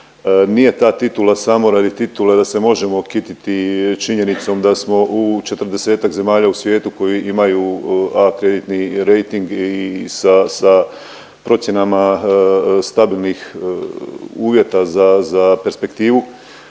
nije ta titula samo radi titule da se možemo kititi činjenicom da smo u 40-ak zemalja u svijetu koje imaju A kreditni rejting i sa, sa procjenama stabilnih uvjeta za, za perspektivu